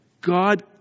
God